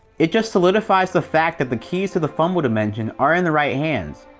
it just solidifies the fact that the keys to the fumble dimension are in the right hands.